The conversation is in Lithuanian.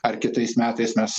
ar kitais metais mes